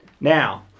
Now